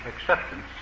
acceptance